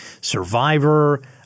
Survivor